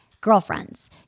girlfriends